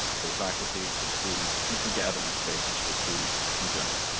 for the faculty, for the students. and for gathering spaces for students in general.